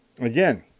Again